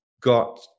got